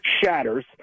shatters